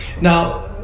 Now